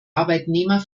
arbeitnehmer